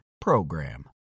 PROGRAM